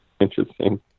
interesting